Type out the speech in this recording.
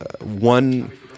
One